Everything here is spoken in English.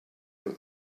out